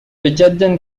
بجد